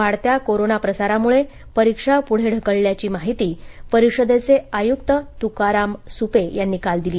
वाढत्या कोरोना प्रसारामुळे परीक्षा प्ढे ढकलल्याची माहिती परिषदेचे आय्क्त तुकाराम स्पे यांनी काल दिली